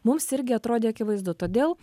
mums irgi atrodė akivaizdu todėl